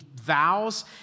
vows